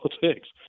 politics